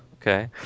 Okay